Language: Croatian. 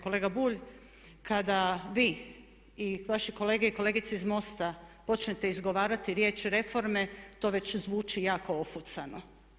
Kolega Bulj, kada vi i vaši kolege i kolegice iz MOST-a počnete izgovarati riječ reforme to već zvuči jako ofucano.